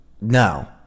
No